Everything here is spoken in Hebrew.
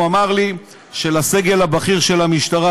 הוא אמר לי שלסגל הבכיר של המשטרה,